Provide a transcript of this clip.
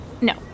No